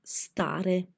stare